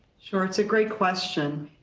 sure, it's a great question.